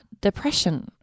depression